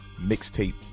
mixtape